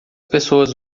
pessoas